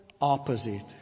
opposite